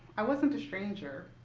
i wasn't a stranger.